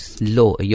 low